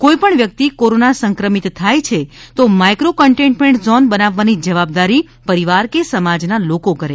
કોઇપણ વ્યક્તિ કોરોના સંક્રમિત થાય છે તો માઇક્રો કન્ટેઇન્ટમેન્ટ ઝોન બનાવવાની જવાબદારી પરિવાર કે સમાજના લોકો કરે